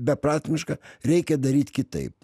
beprasmiška reikia daryt kitaip